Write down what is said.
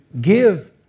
give